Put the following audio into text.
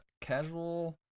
casual